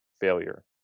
failure